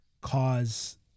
cause